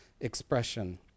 expression